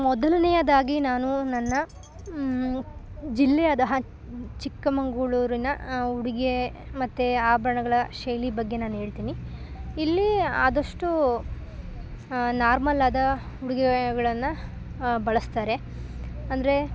ಮೊದಲನೆಯದಾಗಿ ನಾನು ನನ್ನ ಜಿಲ್ಲೆಯಾದ ಚಿಕ್ಕಮಗಳೂರಿನ ಉಡುಗೆ ಮತ್ತು ಆಭರಣಗಳ ಶೈಲಿ ಬಗ್ಗೆ ನಾನು ಹೇಳ್ತೀನಿ ಇಲ್ಲಿ ಆದಷ್ಟು ನಾರ್ಮಲ್ ಆದ ಉಡುಗೆಗಳನ್ನು ಬಳಸ್ತಾರೆ ಅಂದರೆ